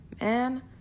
man